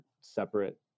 separate